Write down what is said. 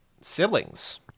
siblings